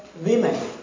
women